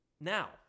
Now